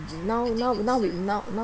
now now now we now now